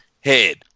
head